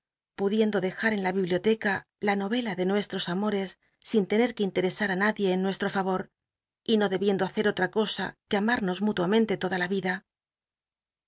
pudiendo dejar en h biblioteca la norcla de nuestros amores sin lene que iutcrc a í nadie en nuestro far or y no debiendo hacer otra cosa que amamos mútuamente toda la rida